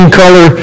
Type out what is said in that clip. color